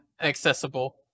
accessible